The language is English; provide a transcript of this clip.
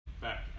back